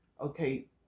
okay